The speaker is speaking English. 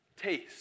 taste